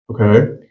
Okay